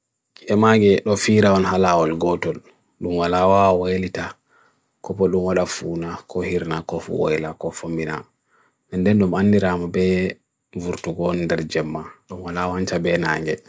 Yemagi nofira wan halaw al-gotun Lumwala wa wa elita Kopo lumwala funa Kohirna kofu waela kofu minan Nde num aniram be Uvurtugon derjemma Lumwala wa anta benan get